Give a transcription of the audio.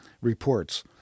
reports